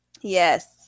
Yes